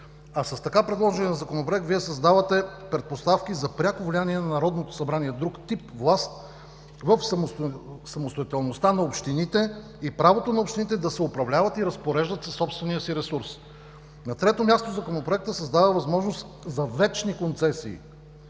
а с така предложения Законопроект Вие създавате предпоставки за пряко влияние на Народното събрание – друг тип власт, в самостоятелността на общините, и правото на общините да се управляват и разпореждат със собствения си ресурс. На трето място, Законопроектът създава възможност за вечни концесии